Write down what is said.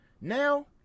Now